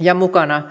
ja mukana